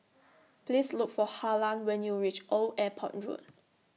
Please Look For Harlan when YOU REACH Old Airport Road